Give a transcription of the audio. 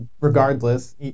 regardless